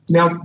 Now